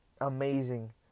amazing